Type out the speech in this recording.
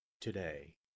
today